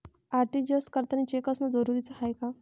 RTGS करतांनी cheque असनं जरुरीच हाय का?